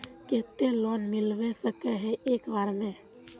केते लोन मिलबे सके है एक बार में?